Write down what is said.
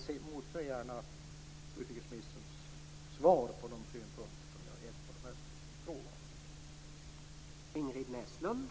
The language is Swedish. Jag motser gärna utrikesministerns svar på de synpunkter som jag har gett på de här frågorna.